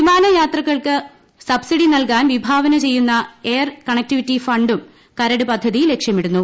വിമാന യാത്രകൾക്ക് സബ്സിഡി നൽകാൻ വിഭാവന ചെയ്യുന്ന എയർ കണക്ടിവിറ്റി ഫണ്ടും കരട് പദ്ധതി ലക്ഷ്യമിടുന്നു